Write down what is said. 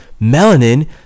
melanin